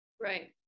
right